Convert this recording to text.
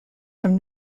from